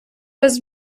без